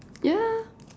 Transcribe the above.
yeah